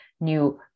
new